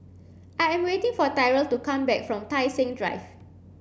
I am waiting for Tyrell to come back from Tai Seng Drive